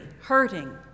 hurting